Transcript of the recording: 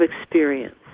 experience